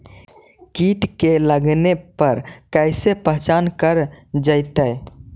कीट के लगने पर कैसे पहचान कर जयतय?